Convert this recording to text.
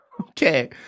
Okay